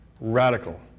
radical